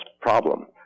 problem